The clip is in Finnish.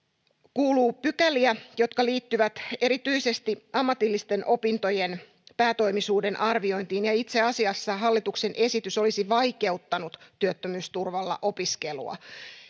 kuuluu pykäliä jotka liittyvät erityisesti ammatillisten opintojen päätoimisuuden arviointiin itse asiassa hallituksen esitys olisi vaikeuttanut työttömyysturvalla opiskelua